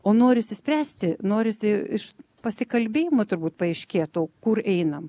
o norisi spręsti norisi iš pasikalbėjimo turbūt paaiškėtų kur einam